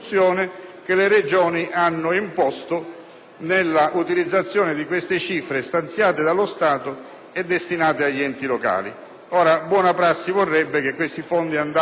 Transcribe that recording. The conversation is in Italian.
nell'utilizzazione di queste cifre stanziate dallo Stato e destinate agli enti locali. Buona prassi vorrebbe che questi fondi andassero direttamente agli enti locali, perché è dimostrato